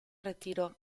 retiró